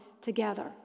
together